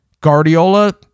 Guardiola